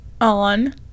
On